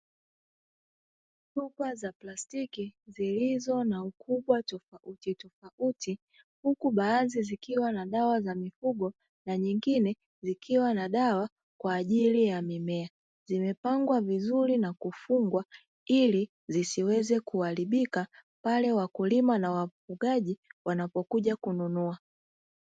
Chupa za plastiki zilizo na ukubwa tofauti tofauti huku baadhi zikiwa na dawa za mifugo na nyingine zikiwa na dawa kwa ajili ya mimea zimepangwa vizuri na kufungwa ili zisiweze kuharibika pale wakulima na wafugaji wanapokuja kununua.